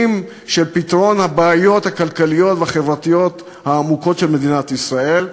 של פתרון הבעיות הכלכליות והחברתיות העמוקות של מדינת ישראל,